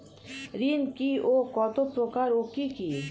ঋণ কি ও কত প্রকার ও কি কি?